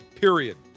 period